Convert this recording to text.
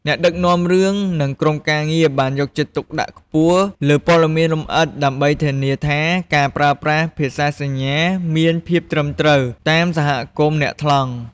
អ្នកដឹកនាំរឿង និងក្រុមការងារបានយកចិត្តទុកដាក់ខ្ពស់លើព័ត៌មានលម្អិត ដើម្បីធានាថាការប្រើប្រាស់ភាសាសញ្ញាមានភាពត្រឹមត្រូវ តាមសហគមន៍អ្នកថ្លង់ ។